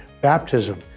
baptism